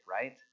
right